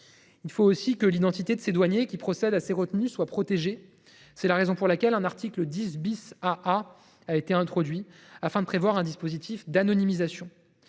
Il faut aussi que l’identité des douaniers qui procèdent à ces retenues soit protégée. C’est la raison pour laquelle un article 10 AA a été introduit dans le projet de loi, en vue de prévoir un dispositif d’anonymisation.